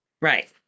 right